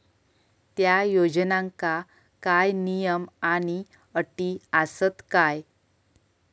त्या योजनांका काय नियम आणि अटी आसत काय?